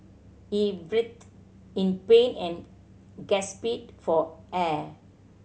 he writhed in pain and gasped for air